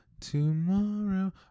tomorrow